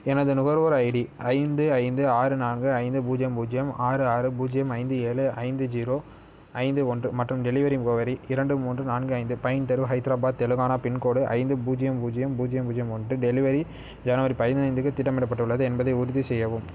எனது நுகர்வோர் ஐடி ஐந்து ஐந்து ஆறு நான்கு ஐந்து பூஜ்யம் பூஜ்யம் ஆறு ஆறு பூஜ்யம் ஐந்து ஏழு ஐந்து ஜீரோ ஐந்து ஒன்று மற்றும் டெலிவரி முகவரி இரண்டு மூன்று நான்கு ஐந்து பைன் தெரு ஹைதராபாத் தெலுங்கானா பின்கோடு ஐந்து பூஜ்யம் பூஜ்யம் பூஜ்யம் பூஜ்யம் ஒன்று டெலிவரி ஜனவரி பதினைந்துக்கு திட்டமிடப்பட்டுள்ளது என்பதை உறுதி செய்யவும்